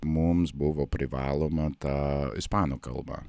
mums buvo privaloma ta ispanų kalba